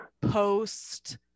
post